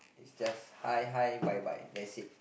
is just hi hi bye bye that's it